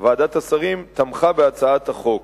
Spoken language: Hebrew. ועדת השרים תמכה בהצעת החוק.